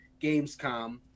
Gamescom